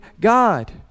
God